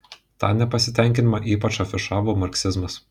tą nepasitenkinimą ypač afišavo marksizmas